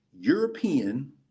European